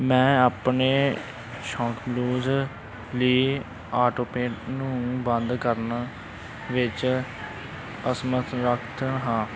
ਮੈਂ ਆਪਣੇ ਸ਼ੌਪਕਲੂਜ਼ ਲਈ ਆਟੋਪੇਅ ਨੂੰ ਬੰਦ ਕਰਨ ਵਿੱਚ ਅਸਮਰੱਥ ਹਾਂ